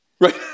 right